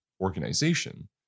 organization